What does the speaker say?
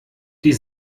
die